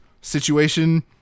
situation